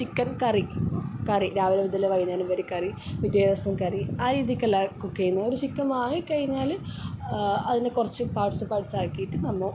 chicken കറി കറി രാവിലെ മുതലേ വൈകുന്നേരം വരെ കറി പിറ്റേ ദിവസം കറി ആ രീതിക്കല്ല കുക്ക് ചെയ്യുന്നത് ചിക്കൻ വാങ്ങി ക്കഴിഞ്ഞാല് അതിനെ കുറച്ച് പാട്ട്സ്സ് പാട്ട്സ്സ് ആക്കിയിട്ട് നമ്മോ